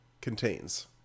contains